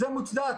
זה מוצדק.